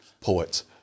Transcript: poets